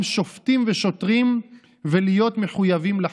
שופטים ושוטרים ולהיות מחויבים לחוק.